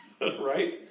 Right